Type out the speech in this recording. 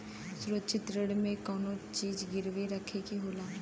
सुरक्षित ऋण में कउनो चीज गिरवी रखे के होला